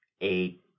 eight